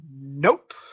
Nope